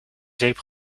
zeep